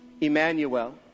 Emmanuel